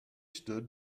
stood